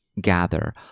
gather